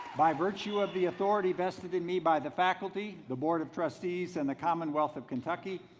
by virtue of the authority vested in me by the faculty, the board of trustees and the commonwealth of kentucky,